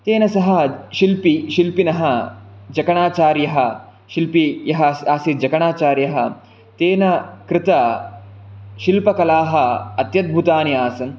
तेन सह शिल्पि शिल्पिनः जकणाचार्यः शिल्पी यः आसीत् जकणाचार्यः तेन कृत शिल्पकलाः अत्यद्भुतानि आसन्